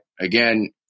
Again